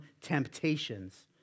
temptations